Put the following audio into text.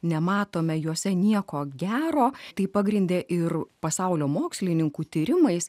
nematome juose nieko gero tai pagrindė ir pasaulio mokslininkų tyrimais